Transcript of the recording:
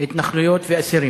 התנחלויות ואסירים,